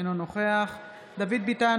אינו נוכח דוד ביטן,